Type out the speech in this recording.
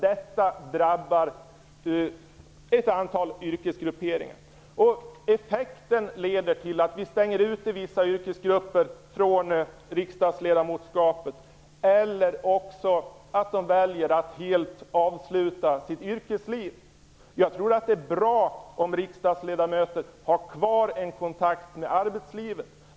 Detta drabbar ett antal yrkesgrupper. Effekten blir att vi stänger ute vissa yrkesgrupper från riksdagsledamotskapet eller också att dessa ledamöter väljer att helt avsluta sitt yrkesliv. Jag tror att det är bra att riksdagsledamöter har kvar en kontakt med arbetslivet.